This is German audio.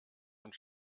und